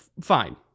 Fine